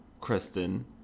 Kristen